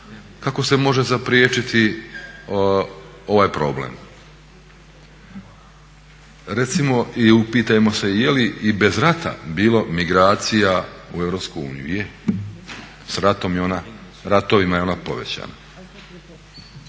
kako se može zapriječiti ovaj problem. Recimo i upitajmo se je li i bez rata bilo migracija u Europsku uniju? Je, sa ratovima je ona povećana.